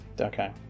Okay